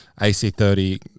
AC30